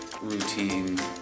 routine